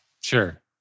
Sure